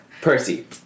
Percy